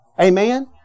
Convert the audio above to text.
Amen